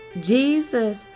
Jesus